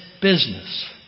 business